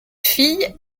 filles